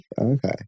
Okay